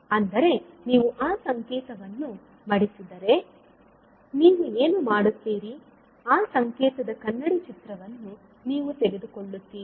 ಅಂದರೆ ನೀವು ಆ ಸಂಕೇತವನ್ನು ಮಡಿಸಿದರೆ ನೀವು ಏನು ಮಾಡುತ್ತೀರಿ ಆ ಸಂಕೇತದ ಕನ್ನಡಿ ಚಿತ್ರವನ್ನು ನೀವು ತೆಗೆದುಕೊಳ್ಳುತ್ತೀರಿ